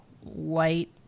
white